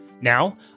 Now